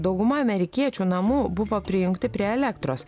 dauguma amerikiečių namų buvo prijungti prie elektros